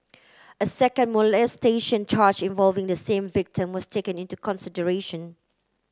a second molestation charge involving the same victim was taken into consideration